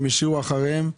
שהשאירו אחריהם,